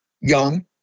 young